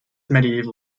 medieval